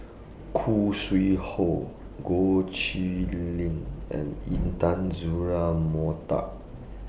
Khoo Sui Hoe Goh Chiew Lye and Intan Azura Mokhtar